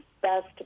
best